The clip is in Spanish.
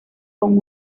con